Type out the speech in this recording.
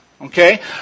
okay